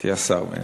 אני מודה